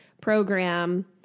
program